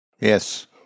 yes